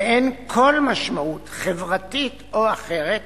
ואין כל משמעות, חברתית או אחרת,